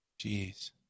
jeez